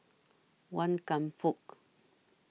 Wan Kam Fook